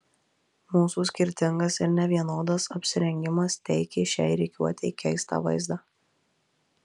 mūsų skirtingas ir nevienodas apsirengimas teikė šiai rikiuotei keistą vaizdą